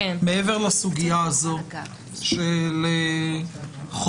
מעבר לסוגיה הזאת של חובת